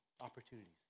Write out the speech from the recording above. opportunities